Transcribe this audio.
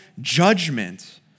judgment